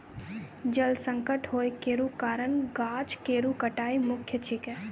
जल संकट होय केरो कारण गाछ केरो कटाई मुख्य छिकै